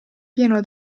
pieno